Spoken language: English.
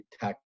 tech